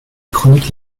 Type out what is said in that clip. chroniques